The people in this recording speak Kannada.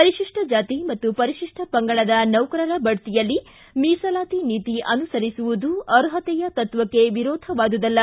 ಪರಿಶಿಷ್ಟ ಜಾತಿ ಮತ್ತು ಪರಿಶಿಷ್ಟ ಪಂಗಡದ ನೌಕರರ ಬಡ್ತಿಯಲ್ಲಿ ಮೀಸಲಾತಿ ನೀತಿ ಅನುಸರಿಸುವುದು ಅರ್ಹತೆಯ ತತ್ವಕ್ಕೆ ವಿರೋಧವಾದುದಲ್ಲ